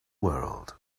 world